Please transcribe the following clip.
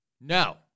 No